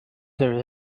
there